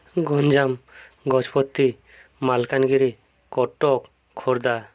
Ganjam Gajapati Malkangiri Cuttack Khordha